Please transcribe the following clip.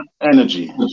energy